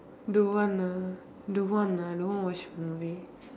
don't want ah don't want ah don't want to watch movie